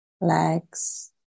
legs